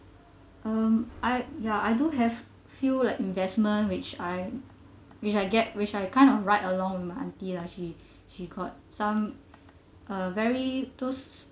um I ya I do have few like investments which I which I get which I kind of ride along with my aunty lah she she got some uh very those